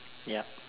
ya